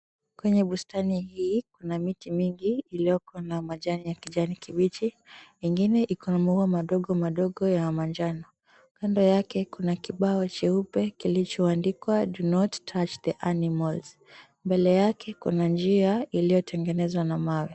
Kwenye bustani hii, kuna miti mingi iliyoko na majani ya kijani kibichi. ingine ikona maua madogo madogo ya manjano. Kando yake kuna kibawa cheupe kilichoandikwa do not touch the animals . Mbele yake kuna njia iliyotengenezwa na mawe.